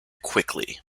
quickly